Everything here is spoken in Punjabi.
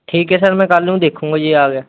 ਠੀਕ ਹੈ ਸਰ ਮੈਂ ਕੱਲ੍ਹ ਨੂੰ ਦੇਖੂੰਗਾ ਜੀ ਆ ਗਿਆ